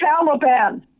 Taliban